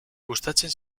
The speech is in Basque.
gustatzen